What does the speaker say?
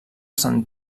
sant